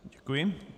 Děkuji.